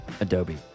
Adobe